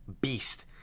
beast